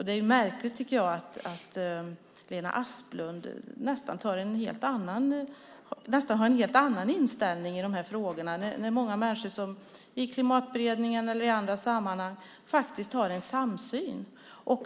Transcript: Det är märkligt att Lena Asplund har en delvis annan inställning i de här frågorna. Många i Klimatberedningen eller i andra sammanhang har faktiskt en samsyn.